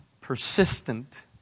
persistent